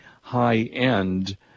high-end